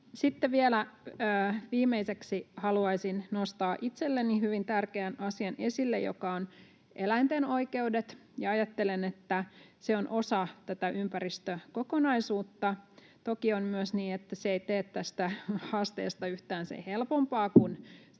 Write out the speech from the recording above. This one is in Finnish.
Vielä viimeiseksi haluaisin nostaa esille itselleni hyvin tärkeän asian, joka on eläinten oikeudet, ja ajattelen, että se on osa tätä ympäristökokonaisuutta. Toki on myös niin, että se ei tee tästä haasteesta yhtään sen helpompaa, kun